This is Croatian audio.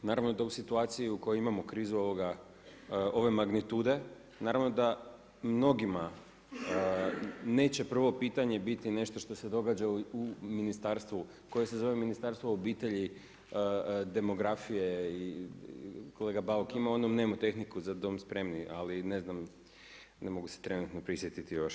Naravno da u situaciji u kojoj imamo krizu ove magnitude naravno da mnogima neće prvo pitanje biti nešto što se događa u ministarstvu koje se zove Ministarstvo obitelji, demografije i kolega Bauk ima onu … [[Govornik se ne razumije]] za dom spremni, ali ne znam ne mogu se trenutno prisjetiti još.